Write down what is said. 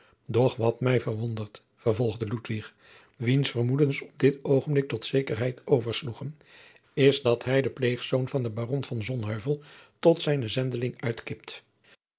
doch wat mij verwondert vervolgde ludwig wiens vermoedens op dit oogenblik tot zekerheid oversloegen is dat hij den pleegzoon van den baron van sonheuvel tot zijnen zendeling uitkipt